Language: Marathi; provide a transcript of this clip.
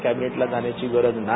कॅबिनेटला जाण्याची गरज नाही